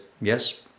yes